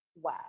Wow